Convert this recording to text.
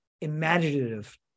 imaginative